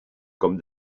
com